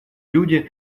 люди